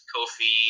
Kofi